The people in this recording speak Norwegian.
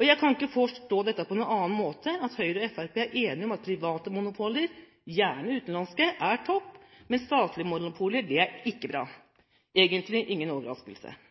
Jeg kan ikke forstå dette på noen annen måte enn at Høyre og Fremskrittspartiet er enige om at private monopoler, gjerne utenlandske, er topp, mens statlige monopoler ikke er bra – egentlig ingen overraskelse.